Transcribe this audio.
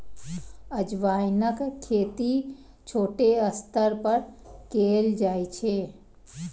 अजवाइनक खेती छोट स्तर पर कैल जाइ छै